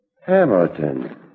Hamilton